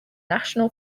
national